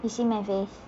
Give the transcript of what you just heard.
you see my face